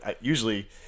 usually